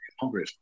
hungry